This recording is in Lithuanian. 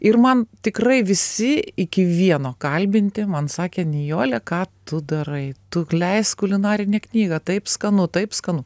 ir man tikrai visi iki vieno kalbinti man sakė nijole ką tu darai tu leisk kulinarinę knygą taip skanu taip skanu